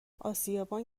آسیابان